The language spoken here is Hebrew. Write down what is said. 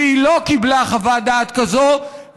והיא לא קיבלה חוות דעת כזאת,